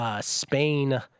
Spain